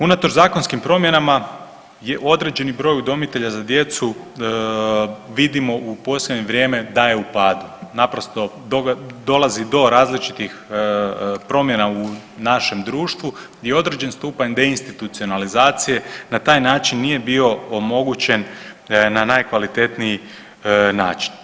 Unatoč zakonskim promjenama, određeni broj udomitelja za djecu vidimo u posljednje vrijeme da je u padu, naprosto dolazi do različitih promjena u našem društvu i određeni stupanj deinstitucionalizacije, na taj način nije bio omogućen na najkvalitetniji način.